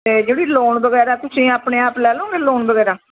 ਅਤੇ ਜਿਹੜੀ ਲੋਨ ਵਗੈਰਾ ਤੁਸੀਂ ਆਪਣੇ ਆਪ ਲੈ ਲਓਗੇ ਲੋਨ ਵਗੈਰਾ